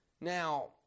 Now